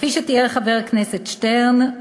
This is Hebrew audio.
כפי שתיאר חבר הכנסת שטרן,